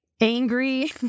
angry